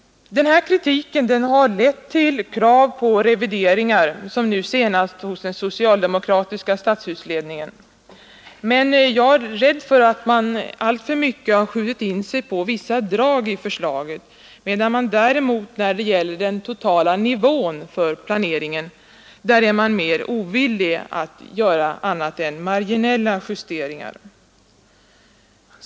Denna kritik har lett till krav på revideringar, som nu senast av den socialdemokratiska stadshusledningen i Stockholm. Men jag är rädd för att man alltför mycket har skjutit in sig på vissa drag i förslaget, medan man när det gäller den totala nivån för planeringen är ovillig att göra annat än marginella justeringar.